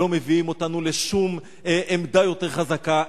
לא מביאים אותנו לשום עמדה יותר חזקה,